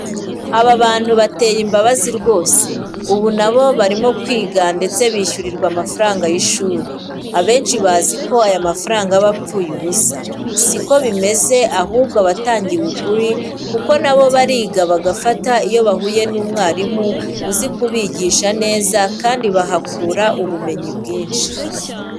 Abantu bateye imbabazi rwose! bUu na bo barimo kwiga ndetse bishyurirwa amafaranga y'ishuri, abenshi bazi ko aya mafaranga aba apfuye ubusa, si ko bimeze ahubwo aba atangiwe ukuri kuko na bo bariga bagafata iyo bahuye n'umwarimu uzi kubigisha neza kandi bahakura ubumenyi bwinshi.